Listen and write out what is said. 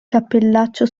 cappellaccio